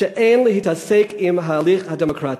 שאין להתעסק עם ההליך הדמוקרטי.